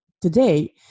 today